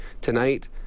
Tonight